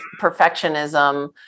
perfectionism